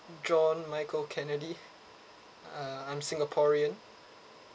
john michael kennedy uh I'm singaporean